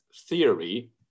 theory